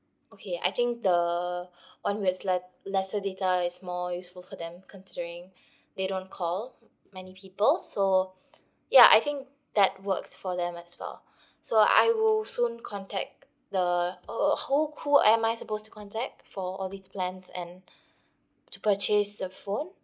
okay I think the on with le~ lesser data is more useful for them considering they don't call many people so ya I think that works for them as well so I will soon contact the oh oh who who am I supposed to contact for all these plans and to purchase the phone